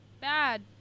bad